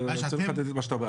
אני רוצה לחדד את מה שאתה אומר.